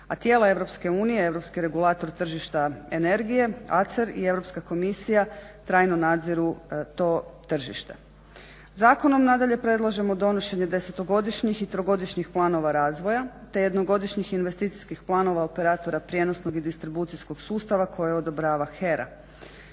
tržišta energije ACER i Europska komisija trajno nadziru to tržište. Zakonom nadalje predlažemo donošenje 10-godišnjih i 3-godišnjih planova razvoja te 1-godišnjih investicijskih planova operatora prijenosnog i distribucijskog sustava koje odobrava HERA.